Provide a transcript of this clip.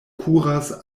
kuras